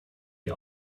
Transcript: die